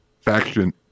faction